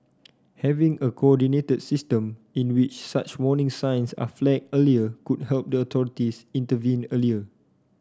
having a coordinated system in which such warning signs are flagged earlier could help the authorities intervene earlier